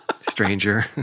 stranger